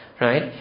right